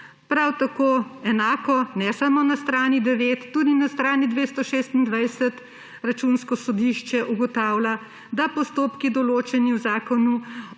prav tako ne samo na strani 9, tudi na strani 226 Računsko sodišče ugotavlja, da postopki, določeni v Zakonu